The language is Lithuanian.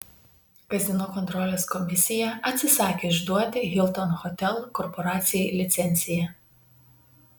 kazino kontrolės komisija atsisakė išduoti hilton hotel korporacijai licenciją